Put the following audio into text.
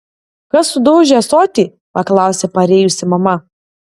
kas sudaužė ąsotį paklausė parėjusi mama